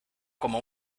como